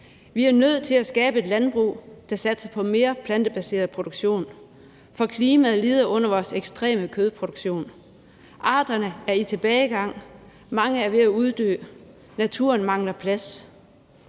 Vi er nødt til at skabe et landbrug, der satser på mere plantebaseret produktion, for klimaet lider under vores ekstreme kødproduktion. Arterne er i tilbagegang, mange er ved at uddø, naturen mangler plads.